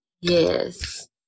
Yes